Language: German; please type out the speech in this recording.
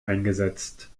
eingesetzt